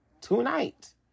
Tonight